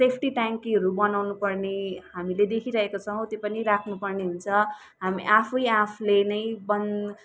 safety ट्याङकीहरू बनाउनु पर्ने हामीले देखिरहेका छौँ त्यो पनि राख्नु पर्ने हुन्छ हामी आफै आफूले नै बन